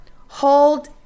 Hold